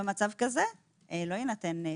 במצב זה לא יינתן צו.